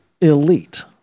elite